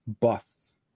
busts